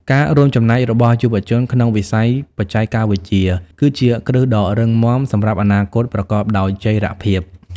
ការរួមចំណែករបស់យុវជនក្នុងវិស័យបច្ចេកវិទ្យាគឺជាគ្រឹះដ៏រឹងមាំសម្រាប់អនាគតប្រកបដោយចីរភាព។